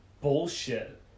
bullshit